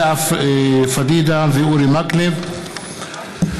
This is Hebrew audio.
לאה פדידה ואורי מקלב בנושא: